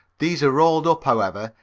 these are rolled up, however,